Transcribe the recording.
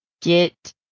Get